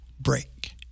Break